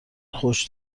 خوش